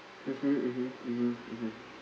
mmhmm mmhmm mmhmm mmhmm